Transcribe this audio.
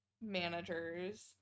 managers